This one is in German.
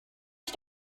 ich